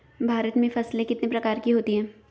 भारत में फसलें कितने प्रकार की होती हैं?